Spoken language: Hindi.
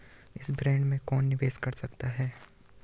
इस बॉन्ड में कौन निवेश कर सकता है?